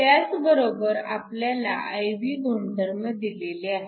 त्याच बरोबर आपल्याला I V गुणधर्म दिलेले आहेत